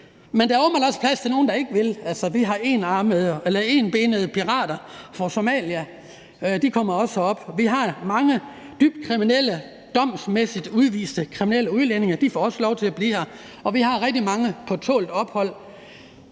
er der åbenbart også plads til nogle, der ikke vil. Altså, vi har etbenede pirater fra Somalia. De kommer også herop. Vi har mange domsmæssigt udviste dybt kriminelle udlændinge. De får også lov til at blive her, og vi har rigtig mange på tålt ophold,